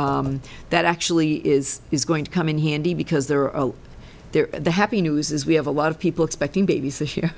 so that actually is is going to come in handy because there are there the happy news is we have a lot of people expecting babies this year